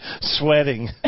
sweating